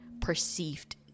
perceived